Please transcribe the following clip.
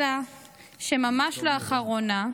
אלא שממש לאחרונה,